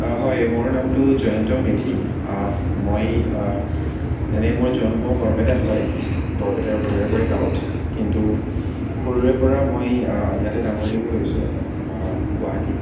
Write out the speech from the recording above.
হয় মোৰ নামটো জয়ন্ত মেধি মই এনেই মোৰ জন্ম বৰপেটাত হয় বৰপেটাৰ ভৈৰাপাৰা গাঁৱত কিন্তু সৰুৰে পৰা মই ইয়াতে ডাঙৰ দীঘল হৈছোঁ গুৱাহাটীত